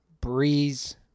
Breeze